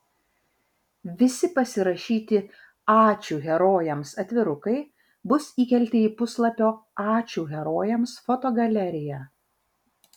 visi parašyti ačiū herojams atvirukai bus įkelti į puslapio ačiū herojams fotogaleriją